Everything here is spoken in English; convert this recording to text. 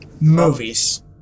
Movies